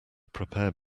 prepared